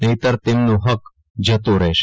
નહીંતર તેમનો હક્ક જતો રહેશે